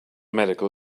medical